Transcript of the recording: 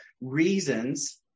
reasons